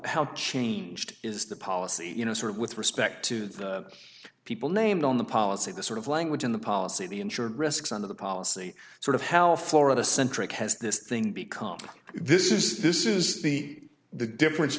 how changed is the policy you know sort of with respect to the people named on the policy the sort of language in the policy the insurance risks and the policy sort of how florida centric has this thing become this is this is the the difference